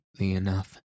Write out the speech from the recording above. enough